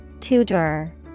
Tutor